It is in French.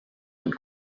une